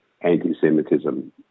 anti-Semitism